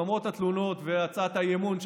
למרות התלונות והצעת האי-אמון,